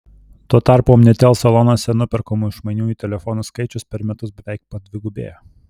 tuo tarpu omnitel salonuose nuperkamų išmaniųjų telefonų skaičius per metus beveik padvigubėjo